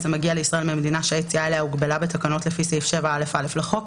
המגיע לישראל ממדינה שהיציאה אליה הוגבלה בתקנות לפי סעיף 7א(א) לחוק,